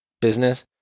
business